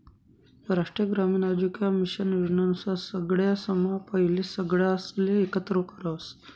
राष्ट्रीय ग्रामीण आजीविका मिशन योजना नुसार सगळासम्हा पहिले सगळासले एकत्र करावस